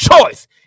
choice